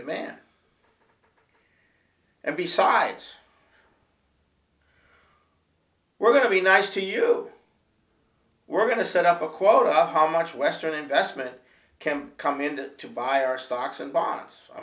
demand and besides we're going to be nice to you we're going to set up a quote of how much western investment can come into to buy our stocks and bonds i